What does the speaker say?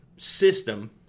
System